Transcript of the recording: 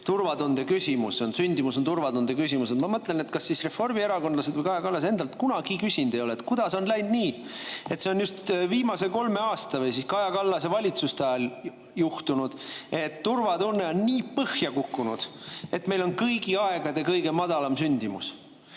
turvatunde küsimus, et sündimus on turvatunde küsimus. Ma mõtlen, et kas siis reformierakondlased, ka Kaja Kallas endalt kunagi küsinud ei ole, et kuidas on läinud nii, et see on just viimase kolme aasta või Kaja Kallase valitsuste ajal juhtunud, et turvatunne on nii põhja kukkunud, et meil on kõigi aegade kõige madalam sündimus.